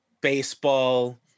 baseball